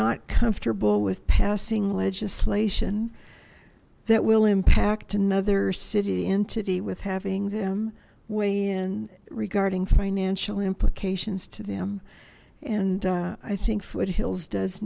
not comfortable with passing legislation that will impact another city entity with having them way and regarding financial implications to them and i think foothills does